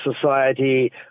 society